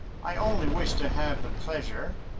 i only wished to have the pleasure,